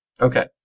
Okay